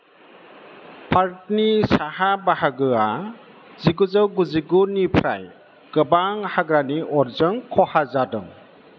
पार्कनि साहा बाहागोआ जिगुजौ गुजिगुनिफ्राय गोबां हाग्रानि अरजों खहा जादों